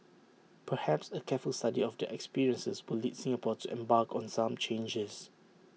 perhaps A careful study of their experiences will lead Singapore to embark on some changes